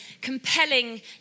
compelling